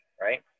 right